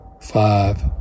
five